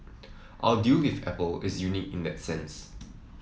our deal with Apple is unique in that sense